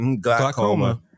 Glaucoma